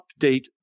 update